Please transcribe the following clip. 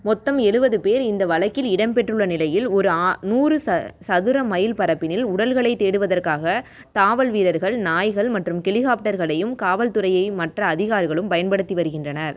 மொத்தம் எழுவது பேர் இந்த வழக்கில் இடம்பெற்றுள்ள நிலையில் ஒரு நூறு சதுர மைல் பரப்பில் உடல்களை தேடுவதற்காக தாவல் வீரர்கள் நாய்கள் மற்றும் ஹெலிகாப்டர்களையும் காவல்துறையையும் மற்ற அதிகாரிகளும் பயன்படுத்தி வருகின்றனர்